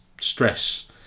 stress